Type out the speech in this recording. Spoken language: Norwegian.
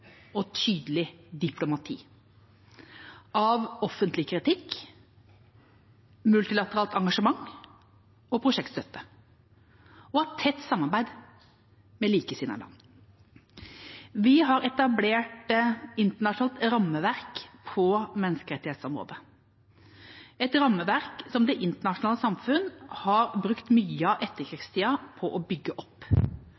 og tydelig diplomati, offentlig kritikk, multilateralt engasjement og prosjektstøtte, og tett samarbeid med likesinnede land. Vi har etablerte et internasjonalt rammeverk på menneskerettighetsområdet, et rammeverk som det internasjonale samfunn har brukt mye av